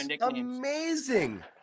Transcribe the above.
amazing